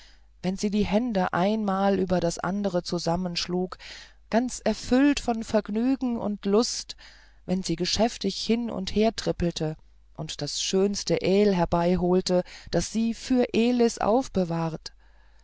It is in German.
wenn sie die hände ein mal über das andere zusammenschlug ganz erfüllt von vergnügen und lust wenn sie geschäftig hin und hertrippelte und das schönste aehl herbeiholte das sie für elis aufbewahrt